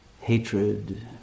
hatred